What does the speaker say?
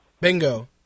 Bingo